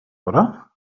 oder